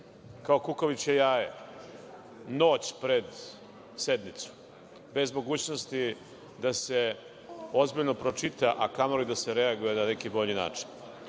kao kukavičje jaje, noć pred sednicu, bez mogućnosti da se ozbiljno pročita, a kamoli da se reaguje na neki bolji način. Zato